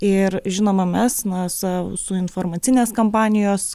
ir žinoma mes na sa su informacinės kampanijos